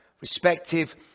respective